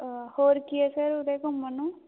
ਹੋਰ ਕੀ ਹੈ ਸਰ ਉਰੇ ਘੁੰਮਣ ਨੂੰ